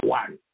one